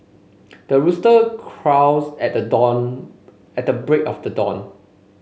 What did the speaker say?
the rooster crows at the dawn at the break of the dawn